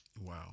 wow